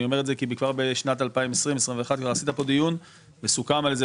אני אומר את זה כי כבר בשנת 2020 2021 עשית פה דיון וסוכם על זה.